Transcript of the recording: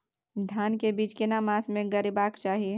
धान के बीज केना मास में गीराबक चाही?